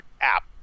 app